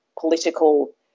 political